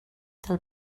del